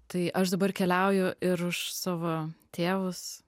tai aš dabar keliauju ir už savo tėvus